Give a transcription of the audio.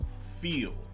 feel